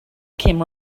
came